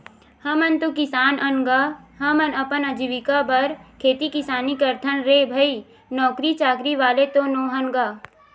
हमन तो किसान अन गा, हमन अपन अजीविका बर खेती किसानी करथन रे भई नौकरी चाकरी वाले तो नोहन गा